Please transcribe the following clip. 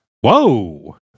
whoa